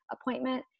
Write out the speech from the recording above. appointment